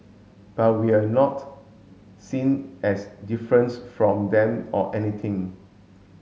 but we're not seen as difference from them or anything